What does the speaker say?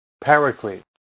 Paraclete